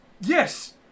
Yes